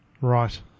Right